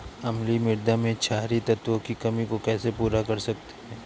अम्लीय मृदा में क्षारीए तत्वों की कमी को कैसे पूरा कर सकते हैं?